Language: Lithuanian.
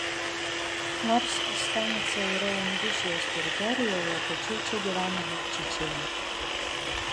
nors stanica yra ingušijos teritorijoje tačiau čia gyvena daug čečėnų